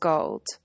Gold